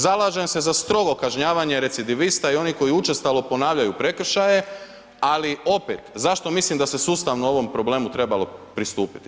Zalažem se za strogo kažnjavanje recidivista i onih koji učestalo ponavljaju prekršaje, ali opet, zašto mislim da se sustavno ovom problemu trebalo pristupiti?